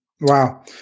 wow